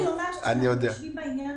רק רציתי לומר שאנחנו יושבים בעניין